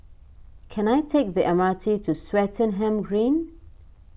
can I take the M R T to Swettenham Green